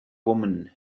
woman